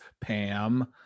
Pam